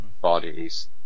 bodies